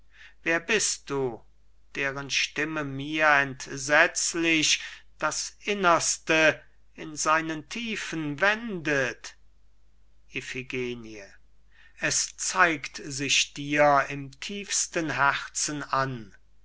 wer bist du deren stimme mir entsetzlich das innerste in seinen tiefen wendet iphigenie es zeigt sich dir im tiefsten herzen an